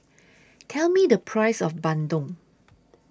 Tell Me The Price of Bandung